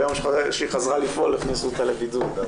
ביום שהיא חזרה לפעול הכניסו אותה לבידוד.